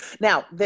Now